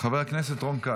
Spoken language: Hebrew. חבר הכנסת רון כץ.